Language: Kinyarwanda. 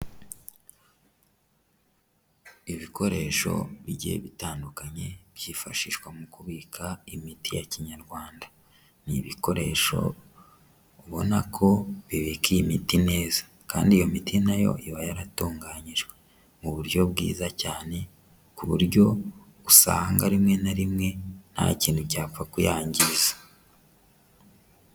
Ibikoresho bigiye bitandukanye byifashishwa mu kubika imiti ya kinyarwanda, ni ibikoresho ubona ko bibika iyi imiti neza kandi iyo miti nayo iba yaratunganyijwe muburyo bwiza cyane kuburyo usanga rimwe na rimwe nta kintu cyapfa kuyangiza.